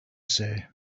say